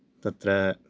तत्र